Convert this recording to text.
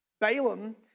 Balaam